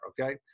okay